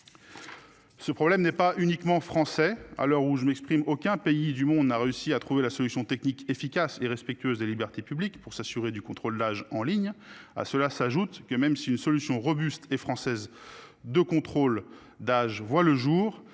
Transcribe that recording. Ce problème n'est pas uniquement français à l'heure où je m'exprime aucun pays du monde on a réussi à trouver la solution technique efficace et respectueuse des libertés publiques pour s'assurer du contrôle là j'en ligne. À cela s'ajoute que, même si une solution robuste et française. De contrôle d'âge voient le jour.